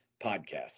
podcast